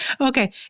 Okay